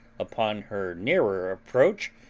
upon her nearer approach,